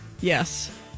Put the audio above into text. yes